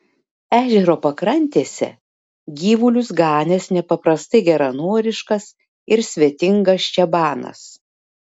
ežero pakrantėse gyvulius ganęs nepaprastai geranoriškas ir svetingas čabanas